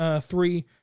three